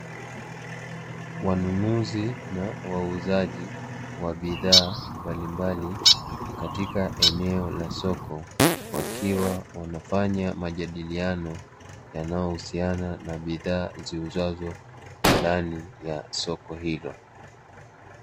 Wanunuzi na wauzaji wa bidhaa mbalimbali katika eneo la soko, wakiwa wanafanya majadiliano yanayohisiana na bidhaa waziuzazo ndani ya soko hilo.